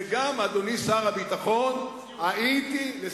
וגם, אדוני שר הביטחון, לסיום.